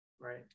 Right